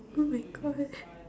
oh-my-God